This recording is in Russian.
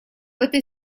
этой